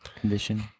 condition